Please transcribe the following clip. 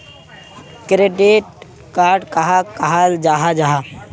Credit card कहाक कहाल जाहा जाहा?